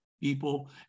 people